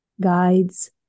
guides